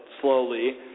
slowly